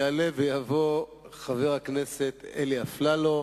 יעלה ויבוא חבר הכנסת אלי אפללו,